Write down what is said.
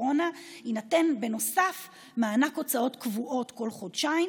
הקורונה יינתן בנוסף מענק הוצאות קבועות כל חודשיים,